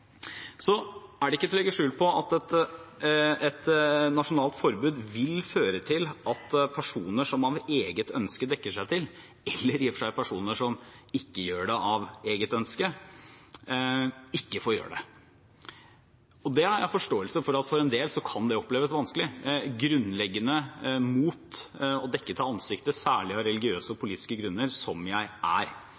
Så er det ikke til å legge skjul på at et nasjonalt forbud vil føre til at personer som etter eget ønske dekker seg til – eller i og for seg personer som ikke gjør det av eget ønske – ikke får gjøre det. Jeg har forståelse for at for en del kan det oppleves vanskelig – grunnleggende imot å dekke til ansiktet, særlig av politiske og religiøse